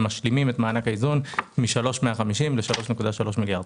הם משלימים את מענק האיזון מ-3.150 ל-3.3 מיליארד.